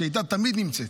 שתמיד הייתה נמצאת.